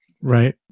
Right